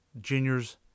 juniors